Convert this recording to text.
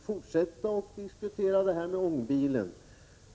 fortsätta att diskutera ångbilen, Ivar Franzén!